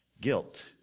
guilt